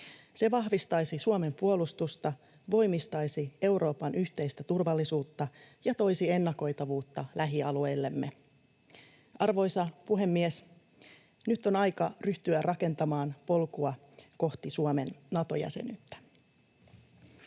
Se vahvistaisi Suomen puolustusta, voimistaisi Euroopan yhteistä turvallisuutta ja toisi ennakoitavuutta lähialueillemme. Arvoisa puhemies! Nyt on aika ryhtyä rakentamaan polkua kohti Suomen Nato-jäsenyyttä.